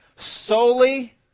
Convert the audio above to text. Solely